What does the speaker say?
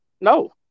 No